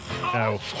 No